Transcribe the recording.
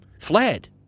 fled